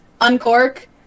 uncork